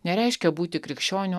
nereiškia būti krikščioniu